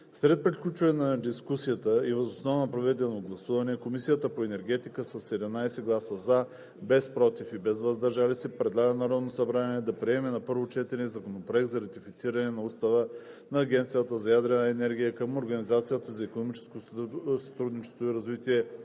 След приключване на дискусията и въз основа на проведеното гласуване Комисията по енергетика със 17 гласа „за“, без „против“ и „въздържал се“ предлага на Народното събрание да приеме на първо четене Законопроект за ратифициране на Устава на Агенцията за ядрена енергия към Организацията за икономическо сътрудничество и развитие,